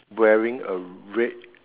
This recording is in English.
wearing a red